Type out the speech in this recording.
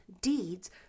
deeds